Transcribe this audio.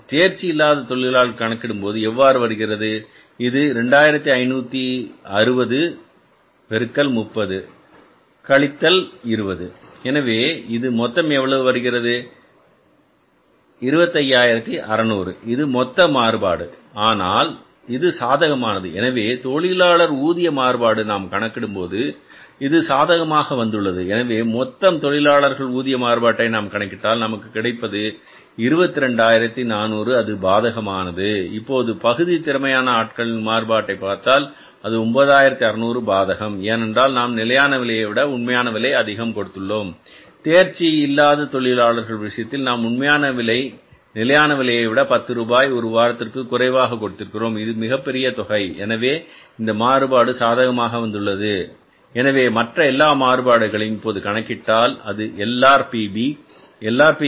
இப்போது தேர்ச்சி இல்லாத தொழிலாளர்களுக்கு கணக்கிடும்போது எவ்வாறு வருகிறது இது 2560 பெருக்கல் 30 கழித்தல் 20 எனவே இது மொத்தம் எவ்வளவு வருகிறது இது 25600 இது மொத்த மாறுபாடு ஆனால் இது சாதகமானது எனவே தொழிலாளர் ஊதிய மாறுபாடு நாம் கணக்கிடும்போது இது சாதகமாக வந்துள்ளது எனவே மொத்தம் தொழிலாளர் ஊதிய மாறுபாட்டை நாம் கணக்கிட்டால் நமக்கு கிடைப்பது 22400 அது பாதகமானது இப்போது பகுதி திறமையான ஆட்களை மாறுபாட்டை பார்த்தால் அது 9600 பாதகம் ஏனென்றால் நாம் நிலையான விலையைவிட உண்மையான விலை அதிகம் கொடுத்துள்ளோம் எனவே தேர்ச்சி இல்லாத தொழிலாளர்கள் விஷயத்தில் நாம் உண்மையான விலை நிலையான விலையைவிட பத்து ரூபாய் ஒருவாரத்திற்கு குறைவாக கொடுத்திருக்கிறோம் இது மிகப்பெரிய தொகை எனவே இந்த மாறுபாடு சாதகமாக வந்துள்ளது எனவே மற்ற எல்லா மாறுபாடுகளையும் இப்போது கணக்கிட்டால் அது LRPB